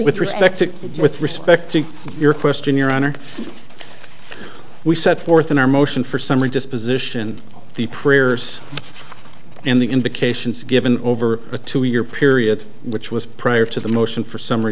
with respect to with respect to your question your honor we set forth in our motion for summary disposition the prayers and the indications given over a two year period which was prior to the motion for summ